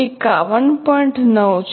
9 છે